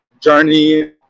journey